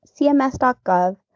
CMS.gov